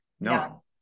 no